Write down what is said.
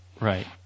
Right